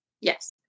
Yes